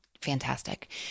fantastic